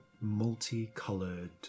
multicolored